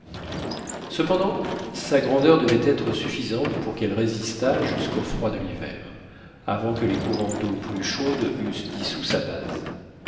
cependant sa grandeur devait être suffisante pour qu'elle résistât jusqu'aux froids de l'hiver avant que les courants d'eau plus chaude eussent dissous sa base